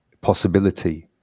possibility